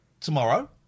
tomorrow